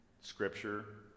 Scripture